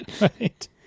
right